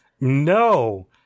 No